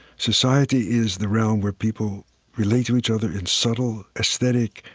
society is the realm where people relate to each other in subtle, aesthetic,